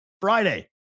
Friday